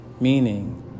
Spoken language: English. Meaning